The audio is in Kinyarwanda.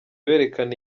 berekana